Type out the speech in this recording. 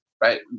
Right